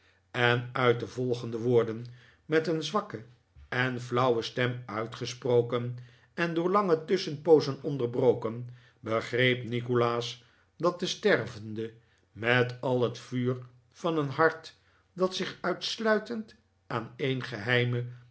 en uit de volgende woorden met een zwakke en flauwe stem uitgesproken en door lange tusschenpoozen onderbroken begreep nikolaas dat de stervende met al het vuur van een hart dat zich uitsluitend aan een geheime